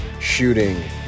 shooting